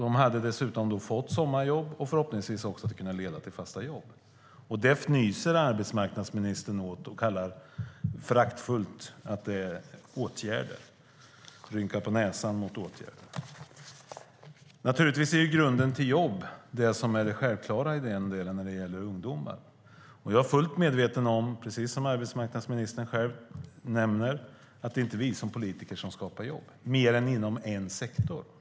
De hade dessutom fått sommarjobb, och det skulle förhoppningsvis också kunna leda till fasta jobb. Det fnyser arbetsmarknadsministern åt och kallar föraktfullt för åtgärder. Hon rynkar på näsan åt åtgärder. Naturligtvis är grunden till jobb det självklara när det gäller ungdomar. Jag är precis som arbetsmarknadsministern själv nämner fullt medveten om att det inte är vi politiker som skapar jobb, mer än inom en sektor.